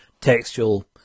textual